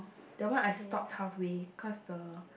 that one I stopped toughly because the